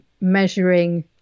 measuring